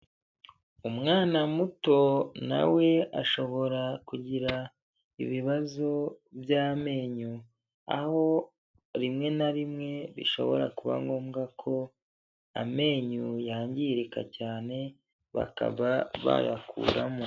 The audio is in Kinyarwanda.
Umwana muto na we ashobora kugira ibibazo by'amenyo, aho rimwe na rimwe bishobora kuba ngombwa ko amenyo yangirika cyane bakaba bayakuramo.